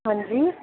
ਹਾਂਜੀ